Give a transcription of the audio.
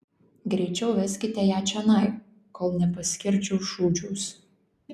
greičiau veskite ją čionai kol nepaskerdžiau šūdžiaus